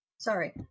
Sorry